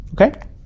okay